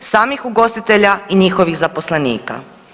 Samih ugostitelja i njihovih zaposlenika.